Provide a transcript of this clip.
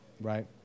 Right